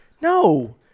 No